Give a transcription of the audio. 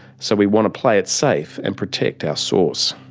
so we want to play it safe and protect our source.